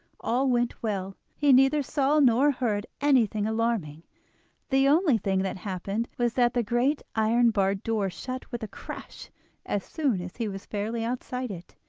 all went well he neither saw nor heard anything alarming the only thing that happened was that the great iron-barred door shut with a crash as soon as he was fairly outside it,